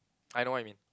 I know what you mean